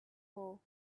all